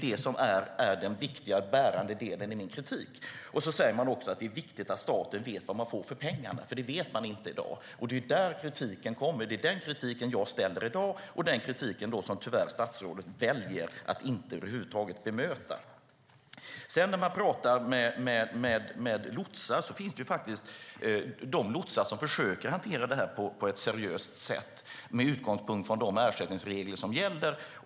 Det är den viktiga och bärande delen i min kritik. De säger också att det är viktigt att staten vet vad den får för pengarna, för det vet den inte i dag. Det är där kritiken kommer, och det är den kritik jag framställer i dag. Den kritiken väljer statsrådet tyvärr att över huvud taget inte bemöta. Det finns lotsar som försöker hantera det hela på ett seriöst sätt med utgångspunkt från de ersättningsregler som gäller.